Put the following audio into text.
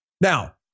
Now